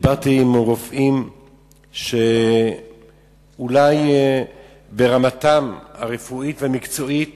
דיברתי עם רופאים שאולי ברמתם הרפואית והמקצועית